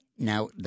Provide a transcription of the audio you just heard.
Now